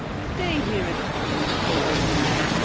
stay here at home, you poor old man.